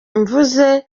mvuze